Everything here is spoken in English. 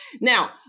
Now